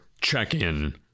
check-in